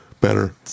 better